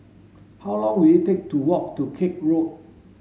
how long will it take to walk to Koek Road